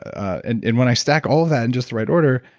ah and and when i stack all of that in just the right order,